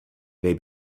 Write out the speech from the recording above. they